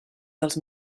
dels